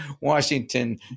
Washington